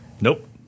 Nope